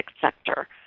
sector